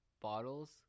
bottles